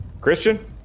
Christian